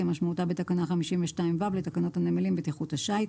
כמשמעותה בתקנה 52ו לתקנות הנמלים בטיחות השיט.